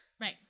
Right